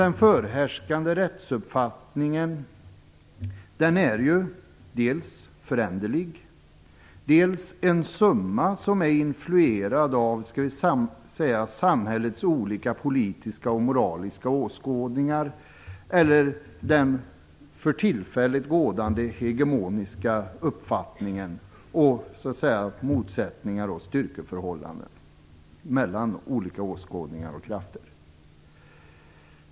Den förhärskande rättsuppfattningen är föränderlig och en summa som är influerad av samhällets olika politiska och moraliska åskådningar, eller den för tillfället rådande hegemoniska uppfattningen, samt motsättningar och styrkeförhållanden mellan olika åskådningar och krafter.